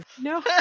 No